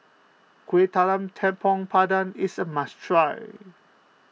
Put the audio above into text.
Kueh Talam Tepong Pandan is a must try